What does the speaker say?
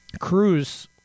Cruz